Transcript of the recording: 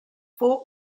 fort